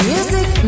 Music